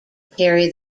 carry